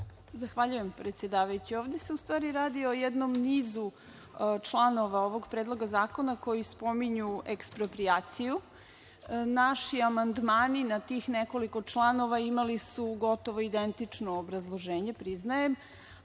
Zahvaljujem, predsedavajući. Ovde se u stvari radi o jednom nizu članova ovog predloga zakona koji pominju eksproprijaciju. Naši amandmani na tih nekoliko članova imali su gotovo identično obrazloženje, priznajem,